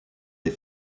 des